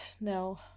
No